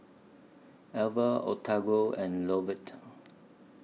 Elva Octavio and Lovett